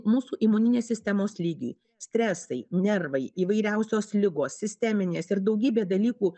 mūsų imuninės sistemos lygiui stresai nervai įvairiausios ligos sisteminės ir daugybė dalykų